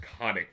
iconic